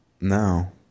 no